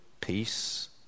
peace